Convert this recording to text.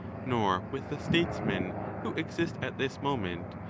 nor with the statesmen who exist at this moment,